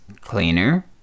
cleaner